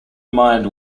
mind